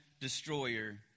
destroyer